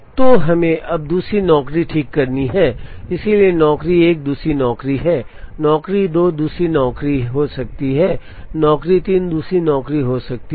तो हमें अब दूसरी नौकरी ठीक करनी है इसलिए नौकरी 1 दूसरी नौकरी है नौकरी 2 दूसरी नौकरी हो सकती है नौकरी 3 दूसरी नौकरी हो सकती है